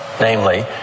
namely